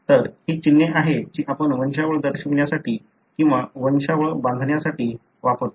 तर ही चिन्हे आहेत जी आपण वंशावळ दर्शविण्यासाठी किंवा वंशावळ बांधण्यासाठी वापरतो